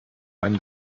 einen